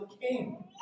king